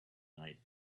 night